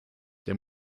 der